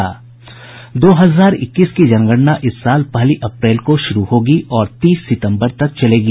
दो हजार इक्कीस की जनगणना इस साल पहली अप्रैल को शुरू होगी और तीस सितम्बर तक चलेगी